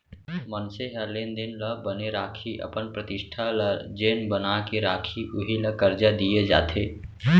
मनसे ह लेन देन ल बने राखही, अपन प्रतिष्ठा ल जेन बना के राखही उही ल करजा दिये जाथे